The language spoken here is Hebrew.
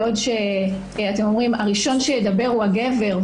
אתם אומרים שהראשון שידבר הוא הגבר.